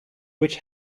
which